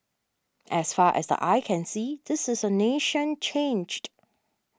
as far as the eye can see this is a nation changed